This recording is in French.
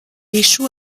échoue